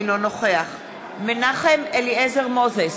אינו נוכח מנחם אליעזר מוזס,